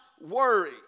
worry